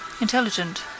intelligent